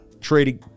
trading